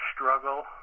struggle